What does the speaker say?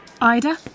Ida